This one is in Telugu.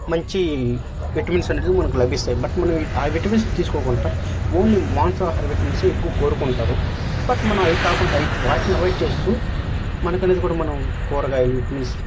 మంచి విటమిన్స్ అనేది మనకు లభిస్తాయి బట్ మనం ఆ విటమిన్స్ తీసుకోకుండా ఓన్లీ మాంసాహార విటమిన్సే ఎక్కువ కోరుకుంటారు బట్ మనం అవి కాకుండా అయిట్ వాటిని అవయిడ్ చేస్తూ మనకు అనేది కూడా మనం కూరగాయలు విటమిన్స్